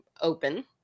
open